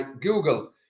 Google